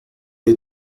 hay